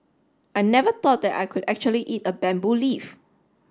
I never thought that I could actually eat a bamboo leaf